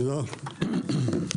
הישיבה ננעלה בשעה 10:45.